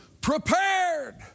prepared